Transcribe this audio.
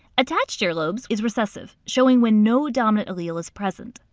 attached earlobes is recessive, showing when no dominant allele is present.